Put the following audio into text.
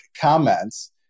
comments